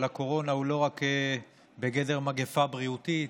הקורונה הוא לא רק בגדר מגפה בריאותית,